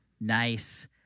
nice